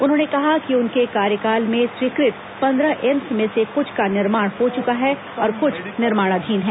उन्होंने कहा कि उनके कार्यकाल में स्वीकृत पंद्रह एम्स में से कुछ का निर्माण हो चुका है और कुछ निर्माणाधीन हैं